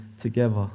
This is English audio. together